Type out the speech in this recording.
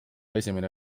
esimene